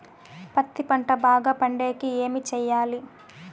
పత్తి పంట బాగా పండే కి ఏమి చెయ్యాలి?